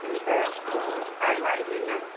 ठीक है हमको साड़ी वाड़ी लेना है